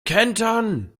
kentern